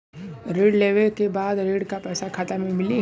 ऋण लेवे के बाद ऋण का पैसा खाता में मिली?